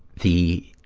the